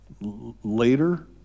later